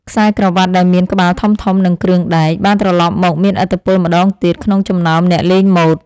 ខ្សែក្រវាត់ដែលមានក្បាលធំៗនិងគ្រឿងដែក បានត្រឡប់មកមានឥទ្ធិពលម្តងទៀតក្នុងចំណោមអ្នកលេងម៉ូដ។